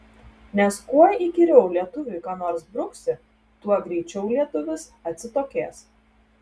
nes kuo įkyriau lietuviui ką nors bruksi tuo greičiau lietuvis atsitokės